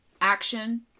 action